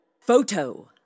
Photo